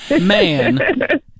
man